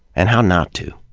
and how not to.